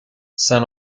saint